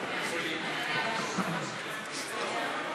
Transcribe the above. ההצעה להעביר לוועדה את הצעת חוק-יסוד: השפיטה (תיקון,